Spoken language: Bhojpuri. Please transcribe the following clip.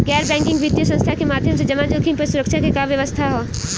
गैर बैंकिंग वित्तीय संस्था के माध्यम से जमा जोखिम पर सुरक्षा के का व्यवस्था ह?